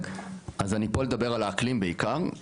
אז אני פה לדבר על האקלים בעיקר,